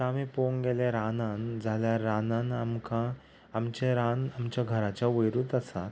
आतां आमी पळोवंक गेल्यार रानान जाल्यार रानान आमकां आमचें रान आमच्या घराच्या वयरूच आसात